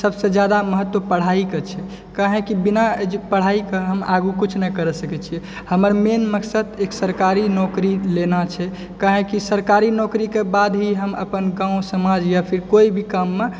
सबसे जादा महत्व पढाइ के छै काहेकि बिना एजुकेशन पढ़ाई के आगू किछु ने करि सकै छियै हमर मेन मकसद एक सरकारी नौकरी लेना छै काहे कि सरकारी नौकरी के बाद हि हम अपन गाउँ समाज यऽ फिर कोइ भी काम मे